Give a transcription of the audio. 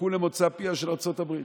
חיכו למוצא פיה של ארצות הברית.